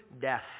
death